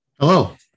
Hello